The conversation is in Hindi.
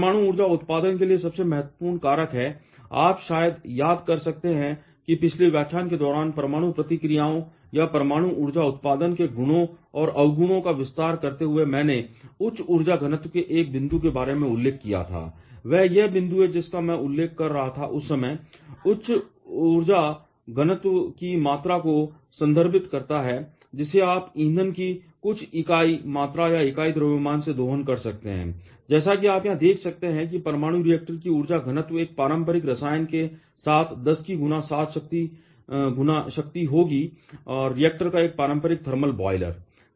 परमाणु ऊर्जा उत्पादन के लिए सबसे महत्वपूर्ण कारक है आप शायद याद कर सकते हैं कि पिछले व्याख्यान के दौरान परमाणु प्रतिक्रियाओं या परमाणु ऊर्जा उत्पादन के गुणों और अवगुणों का विस्तार करते हुए मैंने उच्च ऊर्जा घनत्व के एक बिंदु के बारे में उल्लेख किया था यह वह बिंदु है जिसका मैं उल्लेख कर रहा था उस समय ऊर्जा घनत्व ऊर्जा की मात्रा को संदर्भित करता है जिसे आप ईंधन की कुछ इकाई मात्रा या इकाई द्रव्यमान से दोहन कर सकते हैं और जैसा कि आप यहां देख सकते हैं कि परमाणु रिएक्टर की ऊर्जा घनत्व एक पारंपरिक रसायन के साथ 107 गुना शक्ति होगी रिएक्टर या पारंपरिक थर्मल बॉयलर